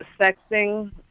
Sexing